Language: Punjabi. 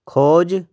ਖੋਜ